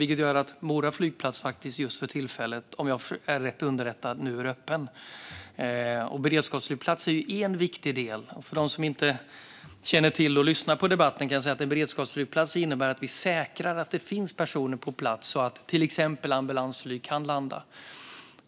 Det gör att Mora flygplats faktiskt just för tillfället är öppen, om jag är rätt underrättad. Beredskapsflygplatser är en viktig del. Till dem som inte känner till det och som lyssnar på debatten kan jag säga att en beredskapsflygplats innebär att vi säkrar att det finns personer på plats så att till exempel ambulansflyg kan landa.